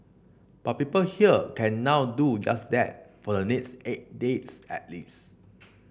but people here can now do just that for the next eight days at least